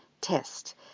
test